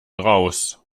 raus